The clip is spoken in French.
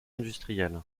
industriel